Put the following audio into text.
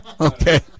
okay